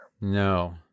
No